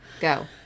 go